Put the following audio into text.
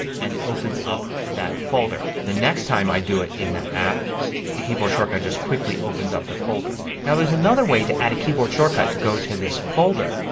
and it opens up that folder. next time i do it in that app the keyboard shortcut just quickly opens up that folder. now there's another way to add a keyboard shortcut to go to this folder.